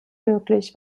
möglich